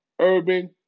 Urban